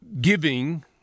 giving